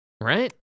Right